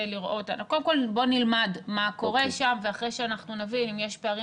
קודם כל בוא נלמד מה קורה שם ואחרי שאנחנו נבין אם יש פערים